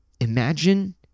imagine